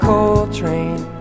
Coltrane